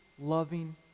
loving